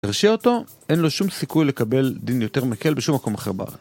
תרשיע אותו, אין לו שום סיכוי לקבל דין יותר מקל בשום מקום אחר בארץ.